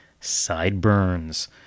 sideburns